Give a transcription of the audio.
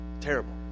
terrible